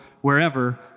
wherever